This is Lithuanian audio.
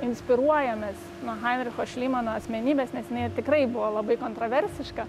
inspiruojamės nuo heinricho šlymano asmenybės nes jinai tikrai buvo labai kontroversiška